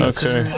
Okay